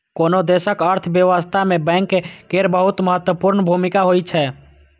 कोनो देशक अर्थव्यवस्था मे बैंक केर बहुत महत्वपूर्ण भूमिका होइ छै